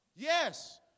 Yes